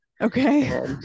Okay